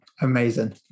Amazing